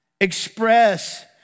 Express